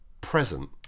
present